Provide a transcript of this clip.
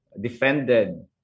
defended